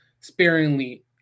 sparingly